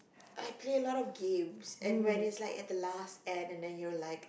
I play a lot of games and when is like at the last end and then you're like